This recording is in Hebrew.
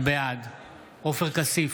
בעד עופר כסיף,